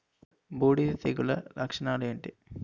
బూడిద తెగుల లక్షణాలు ఏంటి?